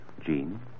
Jean